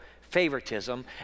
favoritism